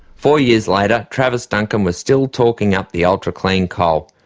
four years later travers duncan was still talking up the ultra clean coal,